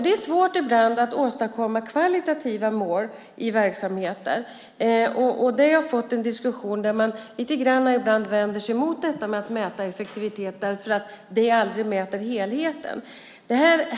Det är svårt ibland att åstadkomma kvalitativa mål i verksamheter. Där har det uppkommit en diskussion där man ibland lite grann vänder sig emot detta att mäta effektiviteten därför att det aldrig mäter helheten.